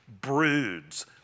broods